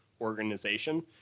organization